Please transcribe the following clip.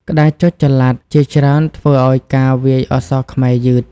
ក្តារចុចចល័តជាច្រើនធ្វើឱ្យការវាយអក្សរខ្មែរយឺត។